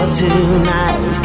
tonight